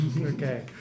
okay